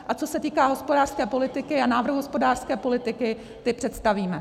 A co se týká hospodářské politiky a návrhu hospodářské politiky, ty představíme.